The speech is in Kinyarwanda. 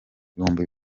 ibihumbi